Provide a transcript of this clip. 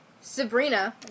Sabrina